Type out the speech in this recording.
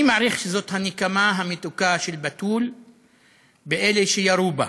אני מעריך שזאת הנקמה המתוקה של בתול באלה שירו בה.